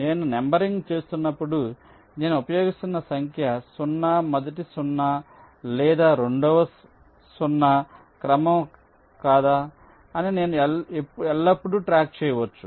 నేను నంబరింగ్ చేస్తున్నప్పుడు నేను ఉపయోగిస్తున్న సంఖ్య 0 మొదటి 0 లేదా రెండవ 0 క్రమం కాదా అని నేను ఎల్లప్పుడూ ట్రాక్ చేయవచ్చు